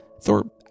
Thor